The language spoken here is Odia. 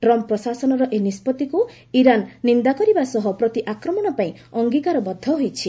ଟ୍ରମ୍ପ୍ ପ୍ରଶାସନର ଏହି ନିଷ୍ପଭିକୁ ଇରାନ୍ ନିନ୍ଦା କରିବା ସହ ପ୍ରତି ଆକ୍ରମଣ ପାଇଁ ଅଙ୍ଗୀକାରବଦ୍ଧ ହୋଇଛି